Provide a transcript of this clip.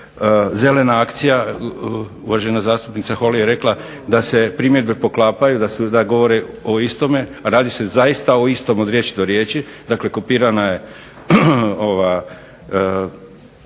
Zelena akcija. Uvažena zastupnica Holy je rekla da se primjedbe poklapaju, da govore o istome. Radi se zaista o istom od riječi do riječi. Dakle, kopirana je